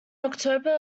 october